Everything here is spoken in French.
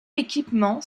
équipement